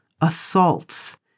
assaults